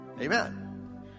Amen